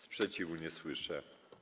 Sprzeciwu nie słyszę.